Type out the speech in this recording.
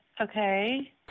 Okay